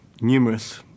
numerous